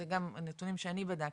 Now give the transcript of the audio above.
אלו גם נתונים שאני בדקתי,